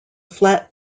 flat